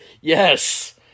Yes